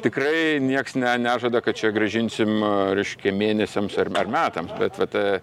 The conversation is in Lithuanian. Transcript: tikrai nieks ne nežada kad čia grąžinsim reiškia mėnesiams ar ar metams bet va ta